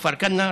כפר כנא,